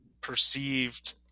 perceived